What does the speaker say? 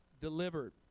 delivered